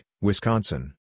Wisconsin